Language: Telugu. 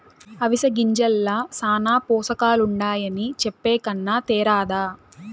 అవిసె గింజల్ల శానా పోసకాలుండాయని చెప్పే కన్నా తేరాదా